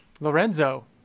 Lorenzo